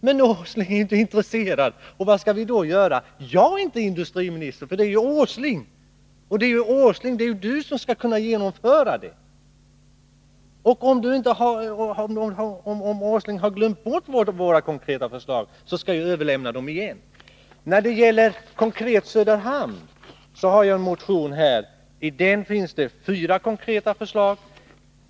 Men Nils Åsling är inte intresserad, och vad skall vi då göra? Jag är inte industriminister. Det är Nils Åsling som skall genomföra programmet. Om industriministern har glömt bort våra konkreta förslag, skall jag överlämna dem igen. När det gäller Söderhamn hänvisar jag till en motion som jag har här. I den finns fyra konkreta förslag.